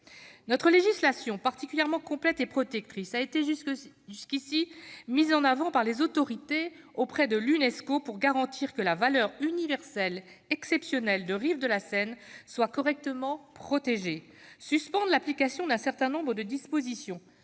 Notre législation, particulièrement complète et protectrice, a été jusqu'ici mise en avant par les autorités auprès de l'Unesco afin de garantir que la valeur universelle exceptionnelle de « Rives de la Seine » serait correctement protégée. Suspendre l'application d'un certain nombre de dispositions